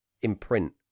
imprint